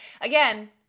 Again